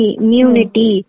immunity